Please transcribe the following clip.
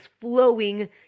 flowing